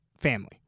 family